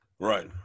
Right